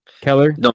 keller